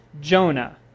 Jonah